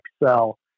Excel